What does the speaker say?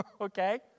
Okay